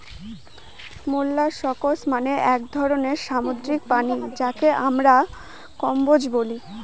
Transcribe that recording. molluscs মানে এক ধরনের সামুদ্রিক প্রাণী যাকে আমরা কম্বোজ বলি